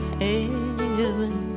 heaven